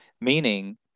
meaning